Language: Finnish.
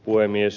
puhemies